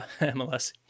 MLS